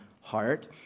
heart